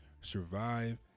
survive